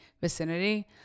vicinity